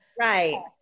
right